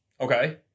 Okay